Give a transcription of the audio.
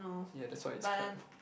ya that's why it's crap